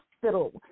hospital